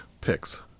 picks